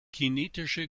kinetische